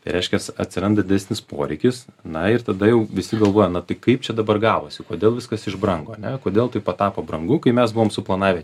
reiškias atsiranda didesnis poreikis na ir tada jau visi galvoja na tik kaip čia dabar gavosi kodėl viskas iš brango ane kodėl tai patapo brangu kai mes buvom suplanavę